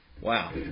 Wow